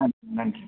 ஆ நன்றி